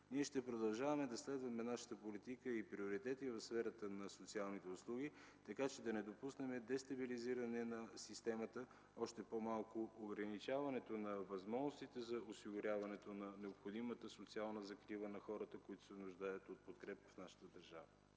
ние ще продължаваме да следваме нашата политика и приоритети в сферата на социалните услуги, така че да не допуснем дестабилизиране на системата, още по-малко – ограничаването на възможностите за осигуряване на необходимата социална закрила на хората, които се нуждаят от подкрепа в нашата държава.